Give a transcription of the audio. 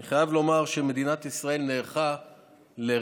אני חייב לומר שמדינת ישראל נערכה לרכש